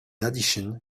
addition